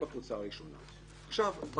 בקבוצה הראשונה כתוב: